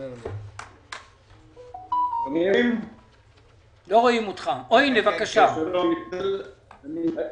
ינואר, והחשכ"ל האריך אותו השנה לפברואר.